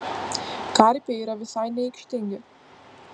karpiai yra visai neaikštingi